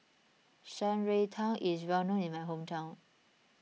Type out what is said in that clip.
Shan Rui Tang is well known in my hometown